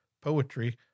poetry